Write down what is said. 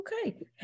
okay